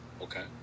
Okay